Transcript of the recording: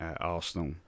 Arsenal